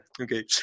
Okay